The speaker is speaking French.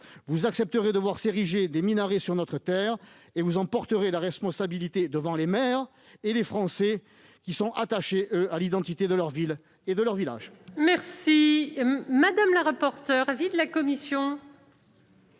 vous accepterez de voir ériger des minarets sur notre terre. Vous en porterez alors la responsabilité devant les maires et les Français, qui sont attachés, eux, à l'identité de leurs villes et de leurs villages.